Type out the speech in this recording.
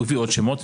הוא הביא עוד שמות,